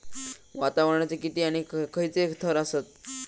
वातावरणाचे किती आणि खैयचे थर आसत?